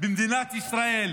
במדינת ישראל,